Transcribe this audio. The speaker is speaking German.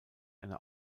eine